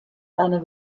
eine